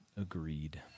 Agreed